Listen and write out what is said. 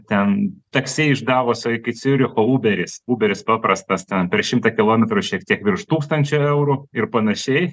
ten taksi iš gavuso iki ciuricho uberis uberis paprastas ten per šimtą kilometrų šiek tiek virš tūkstančio eurų ir panašiai